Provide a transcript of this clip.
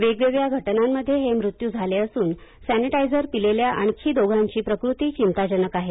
वेगवेगळ्या घटनांमध्ये हे मृत्यू झाले असून सॅनिटायझर पिलेल्या आणखी दोघांची प्रकृती चिंताजनक आहे